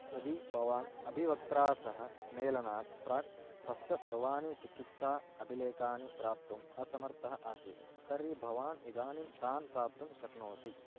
यदि भवान् अभिवक्त्रा सह मेलनात् प्राक् स्वस्य सर्वाणि चिकित्सा अभिलेखानि प्राप्तुम् असमर्थः आसीत् तर्हि भवान् इदानीं तान् प्राप्तुं शक्नोति